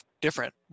different